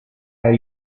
are